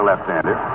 left-hander